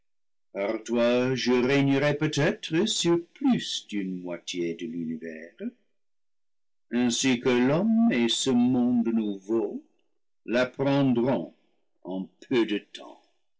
je régnerai peut-être sur plus d'une moi tié de l'univers ainsi que l'homme et ce monde nouveau l'ap prendront en peu de temps